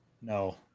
No